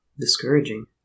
discouraging